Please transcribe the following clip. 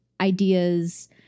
ideas